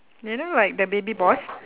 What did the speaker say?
you know like the baby boss